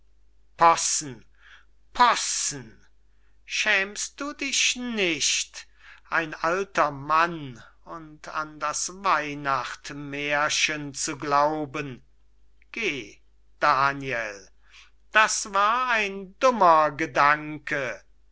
possen possen schämst du dich nicht ein alter mann und an das weyhnacht mährchen zu glauben geh daniel das war ein dummer gedanke